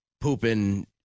pooping